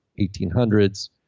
1800s